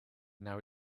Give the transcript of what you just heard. now